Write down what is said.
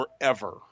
forever